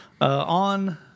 on